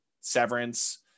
Severance